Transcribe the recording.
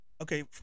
okay